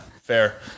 fair